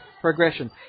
progression